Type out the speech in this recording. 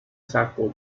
saco